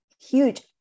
huge